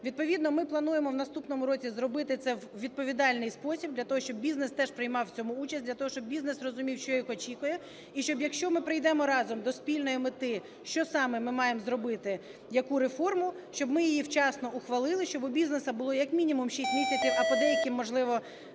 Відповідно, ми плануємо у наступному році зробити це у відповідальний спосіб для того, щоб бізнес теж приймав в цьому участь, для того, щоб бізнес розумів, що їх очікує. І, якщо ми прийдемо разом до спільної мети, що саме ми маємо зробити, яку реформу, щоб ми її вчасно ухвалили, щоб у бізнесу було як мінімум 6 місяців, а по деяким, можливо,